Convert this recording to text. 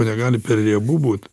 negali per riebu būt